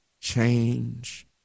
change